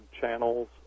channels